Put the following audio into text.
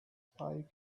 five